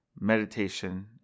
meditation